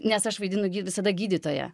nes aš vaidinu gi visada gydytoją